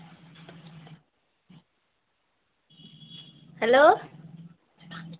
hello